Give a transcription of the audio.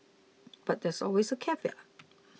but there's always a caveat